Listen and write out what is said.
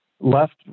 left